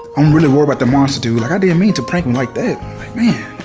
i'm really worried about the monster dude, like i didn't mean to prank him like that, like man!